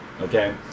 Okay